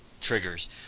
triggers